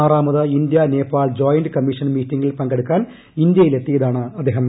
ആറാമത് India Nepal joint commission മീറ്റിംഗിൽ പങ്കെടുക്കാൻ ഇന്ത്യയിലെത്തിയതാണ് അദ്ദേഹം